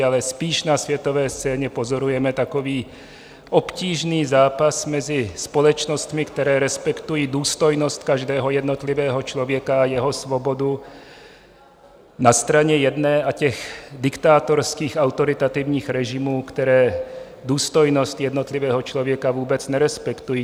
Ale spíš na světové scéně pozorujeme takový obtížný zápas mezi společnostmi, které respektují důstojnost každého jednotlivého člověka a jeho svobodu na straně jedné a těch diktátorských, autoritativních režimů, které důstojnost jednotlivého člověka vůbec nerespektují.